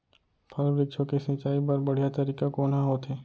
फल, वृक्षों के सिंचाई बर बढ़िया तरीका कोन ह होथे?